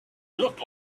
look